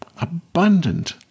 abundant